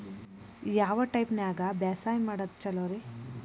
ಯಾವ ಟೈಪ್ ನ್ಯಾಗ ಬ್ಯಾಸಾಯಾ ಮಾಡೊದ್ ಛಲೋರಿ?